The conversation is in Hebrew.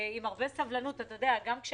ועם הרבה סבלנות גם כשחנו,